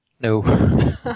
No